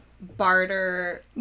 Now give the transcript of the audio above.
barter